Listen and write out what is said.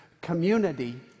community